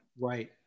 Right